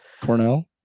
Cornell